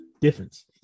Difference